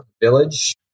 Village